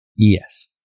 Yes